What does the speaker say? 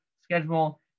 schedule